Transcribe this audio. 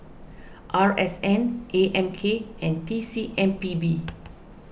R S N A M K and T C M P B